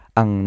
ang